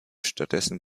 stattdessen